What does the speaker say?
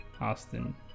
Austin